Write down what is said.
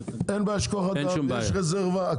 אני